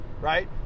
right